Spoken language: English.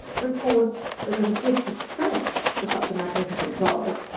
records that as a gift of thanks for such a magnificent vase,